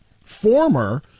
former